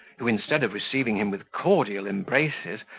who, instead of receiving him with cordial embraces,